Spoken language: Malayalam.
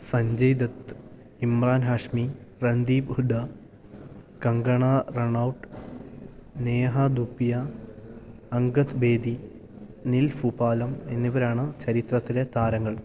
സഞ്ജയ് ദത്ത് ഇമ്രാൻ ഹാഷ്മി രൺദീപ് ഹുഡ കങ്കണ റണൌട്ട് നേഹ ദുപിയ അങ്കദ് ബേദി നിൽ ഫുപാലം എന്നിവരാണ് ചരിത്രത്തിലെ താരങ്ങൾ